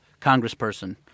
congressperson